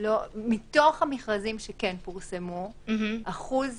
מתוך המכרזים שכן פורסמו אחוז